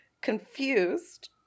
confused